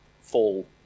fall